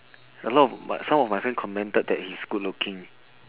a lot of but some of my friends commented that he's good looking